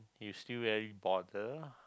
you still very bother